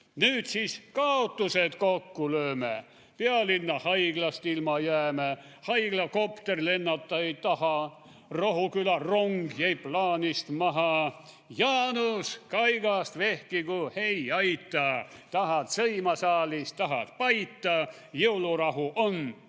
Nüüd siis kaotused kokku lööme. / Pealinna haiglast ilma jääme, / haiglakopter lennata ei taha, / Rohuküla rong jäi plaanist maha. / Jaanus kaigast vehkigu, ei aita, / tahad sõima saalis, tahad paita. / Jõulurahu on ja